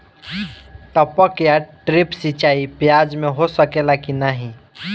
टपक या ड्रिप सिंचाई प्याज में हो सकेला की नाही?